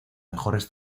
mejores